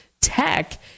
tech